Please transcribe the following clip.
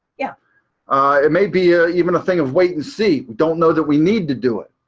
yeah it may be ah even a thing of wait and see. we don't know that we need to do it.